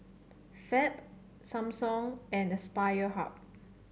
Fab Samsung and Aspire Hub